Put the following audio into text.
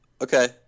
Okay